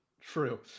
True